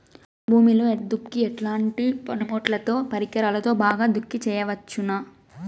భూమిలో దుక్కి ఎట్లాంటి పనిముట్లుతో, పరికరాలతో బాగా దుక్కి చేయవచ్చున?